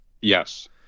Yes